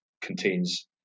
contains